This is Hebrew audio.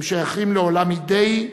הם שייכים לעולם אידיאי,